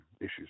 issues